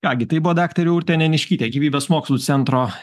ką gi tai buvo daktarė urtė neniškytė gyvybės mokslų centro